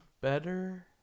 better